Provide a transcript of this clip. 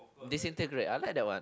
disintegrate I like that one